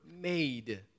made